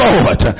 Lord